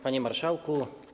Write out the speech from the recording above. Panie Marszałku!